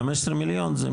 לא